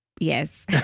Yes